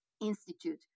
institute